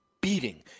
beating